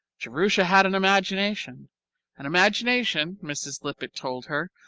jerusha had an imagination an imagination, mrs. lippett told her,